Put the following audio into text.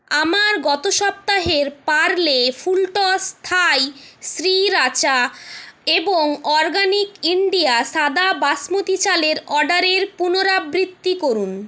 আমার গত সপ্তাহের পার্লে ফুলটস্ থাই শ্রীরাচা এবং অরগ্যানিক ইন্ডিয়া সাদা বাসমতি চালের অর্ডারের পুনরাবৃত্তি করুন